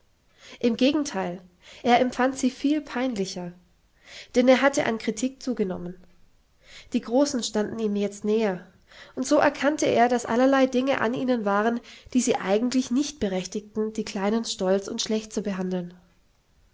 im gegenteil er empfand sie viel peinlicher denn er hatte an kritik zugenommen die großen standen ihm jetzt näher und so erkannte er daß allerlei dinge an ihnen waren die sie eigentlich nicht berechtigten die kleinen stolz und schlecht zu behandeln